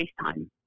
FaceTime